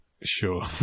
Sure